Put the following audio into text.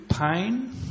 pain